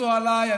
אני